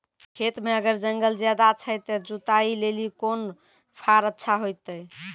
खेत मे अगर जंगल ज्यादा छै ते जुताई लेली कोंन फार अच्छा होइतै?